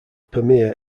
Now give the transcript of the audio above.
pamir